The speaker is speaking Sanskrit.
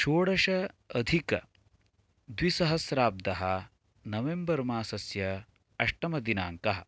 षोडश अधिकद्विसहस्राब्धः नवम्बर् मासस्य अष्टमदिनाङ्कः